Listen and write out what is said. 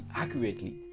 accurately